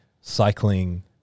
cycling